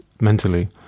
mentally